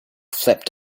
flipped